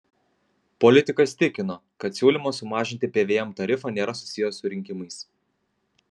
politikas tikino kad siūlymas sumažinti pvm tarifą nėra susijęs su rinkimais